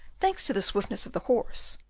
thanks to the swiftness of the horse,